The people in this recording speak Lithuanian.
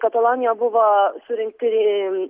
katalonijoj buvo surengti